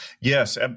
Yes